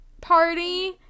party